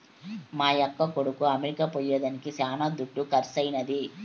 మా యక్క కొడుకు అమెరికా పోయేదానికి శానా దుడ్డు కర్సైనాది